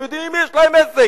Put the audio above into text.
הם יודעים עם מי יש להם עסק.